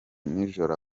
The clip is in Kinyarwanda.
nijoro